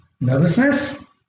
nervousness